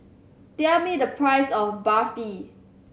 tell me the price of Barfi